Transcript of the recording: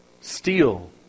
Steal